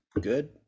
good